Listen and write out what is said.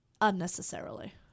unnecessarily